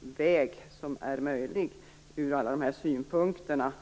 väg som är möjlig att försvara utifrån alla de här synpunkterna.